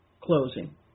closing